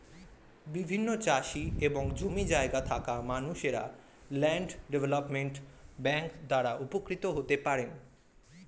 বিভিন্ন চাষি এবং জমি জায়গা থাকা মানুষরা ল্যান্ড ডেভেলপমেন্ট ব্যাংক দ্বারা উপকৃত হতে পারেন